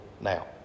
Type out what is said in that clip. now